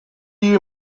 you